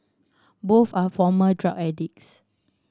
both are former drug addicts